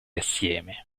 assieme